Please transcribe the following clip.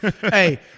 Hey